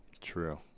True